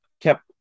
kept